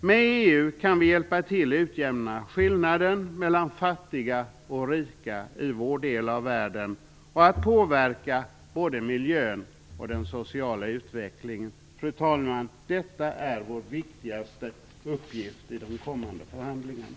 Med EU kan vi hjälpa till att utjämna skillnaden mellan fattiga och rika i vår del av världen och att påverka både miljön och den sociala utvecklingen. Fru talman! Detta är vår viktigaste uppgift i de kommande förhandlingarna.